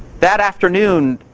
that afternoon,